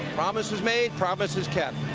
promises made, promises kept.